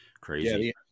crazy